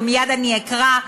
ומייד אני אקרא,